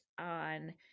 on